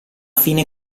fine